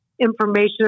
information